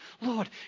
Lord